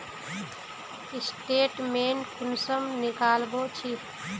Statement कुंसम निकलाबो छी?